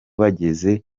bageze